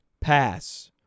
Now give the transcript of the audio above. pass